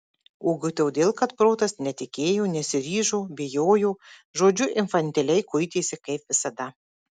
ogi todėl kad protas netikėjo nesiryžo bijojo žodžiu infantiliai kuitėsi kaip visada